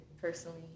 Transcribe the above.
personally